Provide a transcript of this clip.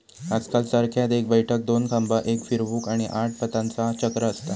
आजकल चरख्यात एक बैठक, दोन खांबा, एक फिरवूक, आणि आठ पातांचा चक्र असता